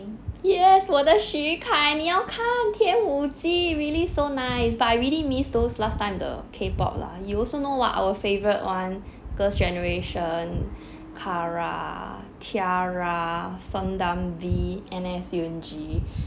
yes 我的许凯你要看天舞纪 really so nice but I really miss those last time the K pop lah you also know what our favourite [one] girl's generation kara T ara son dam bi N_S yoon G